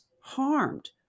harmed